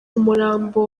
umurambo